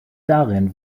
darin